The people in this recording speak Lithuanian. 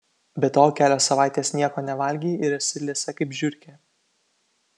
be to kelios savaitės nieko nevalgei ir esi liesa kaip žiurkė